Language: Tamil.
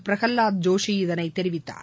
பிரகலாத் ஜோஷி இதனை தெரிவித்தார்